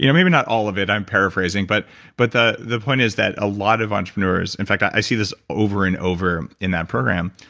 you know maybe not all of it, i'm paraphrasing. but but paraphrasing. the point is that a lot of entrepreneurs, in fact, i see this over and over in that program.